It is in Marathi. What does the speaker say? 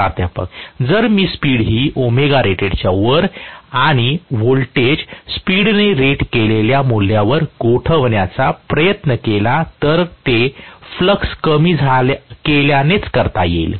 प्राध्यापक जर मी स्पीड हि ωrated च्या वर आणि व्होल्टेज स्पीड ने रेट केलेल्या मूल्यावर गोठवण्याचा प्रयत्न केला तर ते फ्लक्स कमी केल्यानेच करता येईल